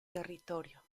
territorio